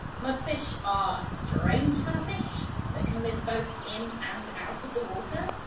mudfish are a strange kind of fish that can live both in and out of the water,